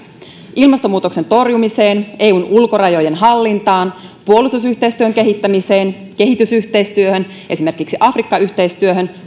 ilmastonmuutoksen torjumiseen eun ulkorajojen hallintaan puolustusyhteistyön kehittämiseen kehitysyhteistyöhön esimerkiksi afrikka yhteistyöhön